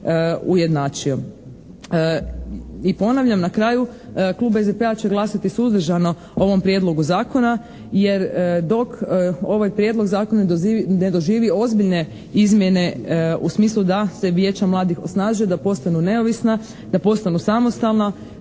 I ponavljam, na kraju, klub SDP-a će glasati suzdržano o ovom prijedlogu zakona jer dok ovaj prijedlog zakona ne doživi ozbiljne izmjene u smislu da se vijeća mladih osnaže, da postanu neovisna, da postanu samostalna,